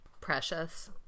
Precious